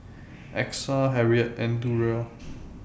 Exa Harriette and Durrell